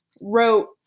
wrote